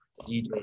dj